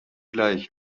gleich